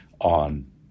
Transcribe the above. on